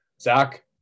Zach